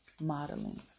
Modeling